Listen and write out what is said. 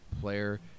player